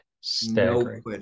Staggering